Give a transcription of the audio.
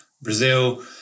Brazil